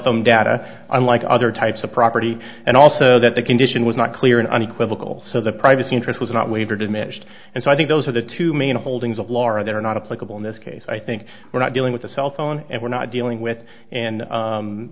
phone data unlike other types of property and also that the condition was not clear and unequivocal so the privacy interest was not waiver diminished and so i think those are the two main holdings of laura that are not apply couple in this case i think we're not dealing with a cell phone and we're not dealing with an